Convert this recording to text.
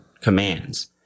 commands